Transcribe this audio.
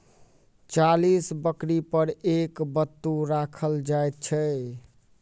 चालीस बकरी पर एक बत्तू राखल जाइत छै